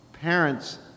parent's